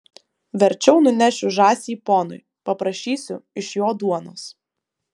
verčiau nunešiu žąsį ponui paprašysiu iš jo duonos